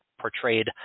portrayed